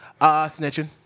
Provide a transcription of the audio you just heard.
Snitching